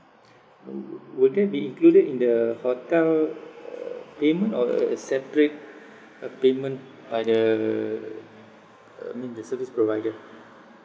wou~ would that be included in the hotel uh payment or a a separate uh payment by the uh I mean the service provider